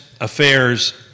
affairs